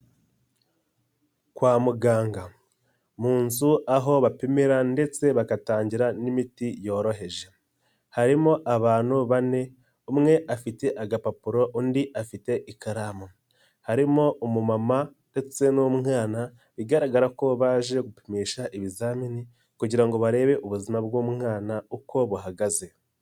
Kwa muganga mu nzu aho bapimira ndetse bagatangira n'imiti yoroheje harimo abantu bane umwe afite agapapuro undi afite ikaramu harimo umumama ndetse n'umwana bigaragara ko baje gupimisha ibizamini kugira ngo barebe ubuzima bw'umwana uko buhagaze.